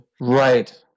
Right